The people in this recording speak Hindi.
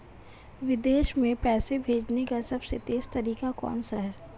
विदेश में पैसा भेजने का सबसे तेज़ तरीका कौनसा है?